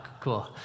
cool